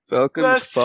Falcon's